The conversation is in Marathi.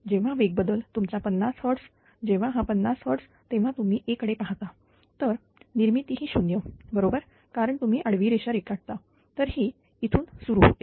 जेव्हा वेग बदल तुमचा 50 Hertz जेव्हा हा 50 Hz तेव्हा तुम्हीA कडे पाहता तर निर्मिती ही 0 बरोबर कारण तुम्ही आडवी रेषा रेखाटता तर ही इथून सुरू होते